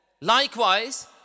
likewise